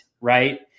right